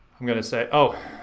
i'm gonna say, oh,